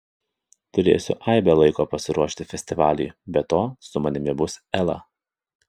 turėsiu aibę laiko pasiruošti festivaliui be to su manimi bus ela